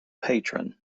patron